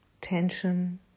Tension